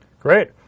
Great